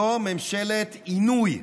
זו ממשלת עינוי,